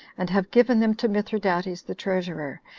and have given them to mithridates the treasurer,